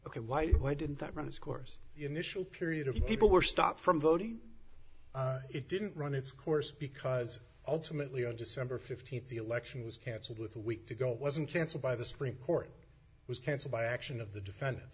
ok why why didn't that run its course initial period of people were stopped from voting d it didn't run its course because ultimately on december th the election was cancelled with a week to go it wasn't cancer by the supreme court was cancelled by action of the defendant